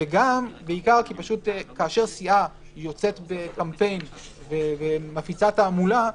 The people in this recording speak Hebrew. בעיקר כאשר סיעה יוצאת בקמפיין ומפיצה תעמולה,